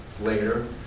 later